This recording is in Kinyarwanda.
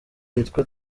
yitwa